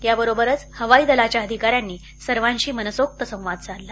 याबरोबरच हवाई दलाच्या अधिकाऱ्यांनी सर्वांशी मनसोक्त संवाद साधला